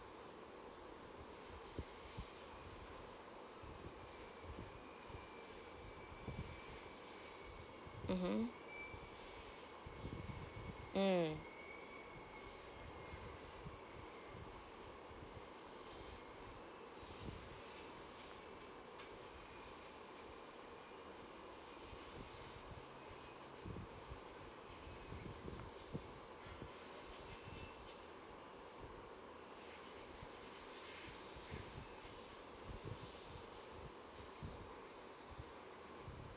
mmhmm mm